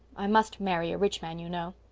i must marry a rich man, you know.